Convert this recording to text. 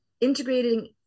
integrating